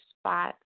spot